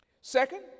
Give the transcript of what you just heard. Second